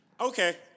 Okay